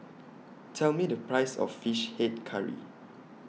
Tell Me The Price of Fish Head Curry